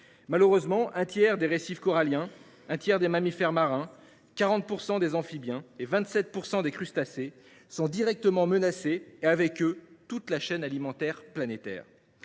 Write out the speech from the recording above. Malheureusement, un tiers des récifs coralliens, un tiers des mammifères marins, 40 % des amphibiens et 27 % des crustacés sont directement menacés et, avec eux, toute la chaîne alimentaire planétaire.